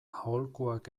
aholkuak